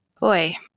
boy